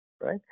right